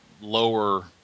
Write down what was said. lower